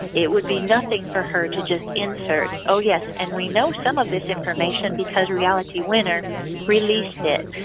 it would be nothing for her to just insert, oh yes, and we know some of this information because reality winner released it.